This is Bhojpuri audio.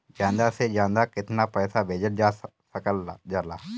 ज्यादा से ज्यादा केताना पैसा भेजल जा सकल जाला?